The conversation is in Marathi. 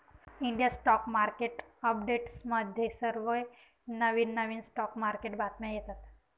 इंडिया स्टॉक मार्केट अपडेट्समध्ये सर्व नवनवीन स्टॉक मार्केट बातम्या येतात